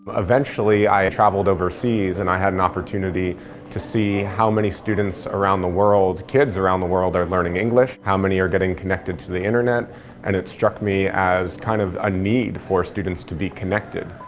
eventually, i traveled overseas and i had an opportunity to see how many students around the world, kids around the world are learning english. how many are getting connected to the internet and it struck me as kind of a need for students to be connected.